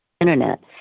Internet